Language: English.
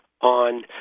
on